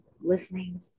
listening